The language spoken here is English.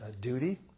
duty